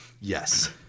Yes